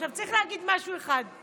צריך להגיד משהו אחד: